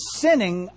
sinning